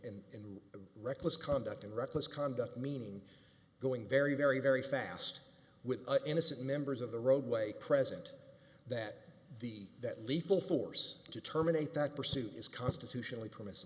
in reckless conduct and reckless conduct meaning going very very very fast with an innocent members of the roadway present that the that lethal force to terminate that pursuit is constitutionally permi